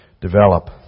Develop